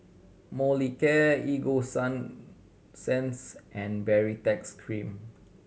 Molicare Ego Sunsense and Baritex Cream